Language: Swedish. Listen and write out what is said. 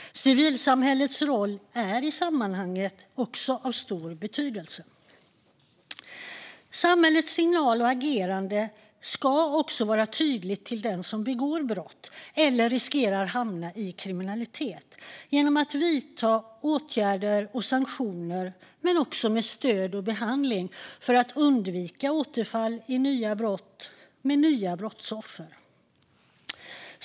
Civilsamhällets roll är i sammanhanget också av stor betydelse. Samhällets signal ska också vara tydlig till den som begår brott eller riskerar att hamna i kriminalitet: Åtgärder och sanktioner ska vidtas, men stöd och behandling ska också finnas för att undvika återfall i nya brott med nya brottsoffer.